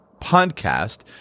podcast –